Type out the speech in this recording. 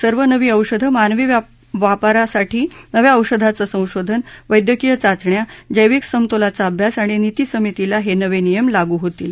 सर्व नवी औषधं मानवी वापरासाठी नव्या औषधांचं संशोधन वद्याक्रीय चाचण्या जविंक समतोलाचा अभ्यास आणि नीती समितीला हे नवे नियम लागू होतील